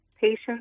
patients